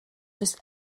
oes